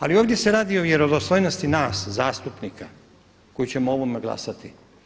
Ali ovdje se radi o vjerodostojnosti nas zastupnika koji ćemo o ovome glasati.